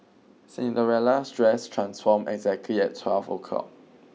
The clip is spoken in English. Cinderella's dress transformed exactly at twelve O' clock